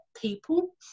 people